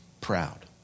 proud